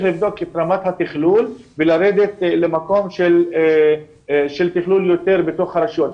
לבדוק את רמת התכלול ולרדת למקום של תכלול יותר בתוך הרשויות.